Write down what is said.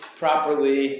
properly